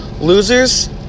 Losers